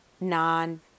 non-